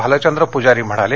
भालचंद्र पुजारी म्हणाले